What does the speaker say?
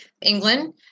England